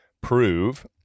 prove